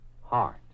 heart